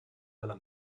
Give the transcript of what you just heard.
della